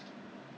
不是 grill 的 ah